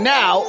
now